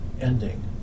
ending